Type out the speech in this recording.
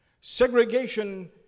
Segregation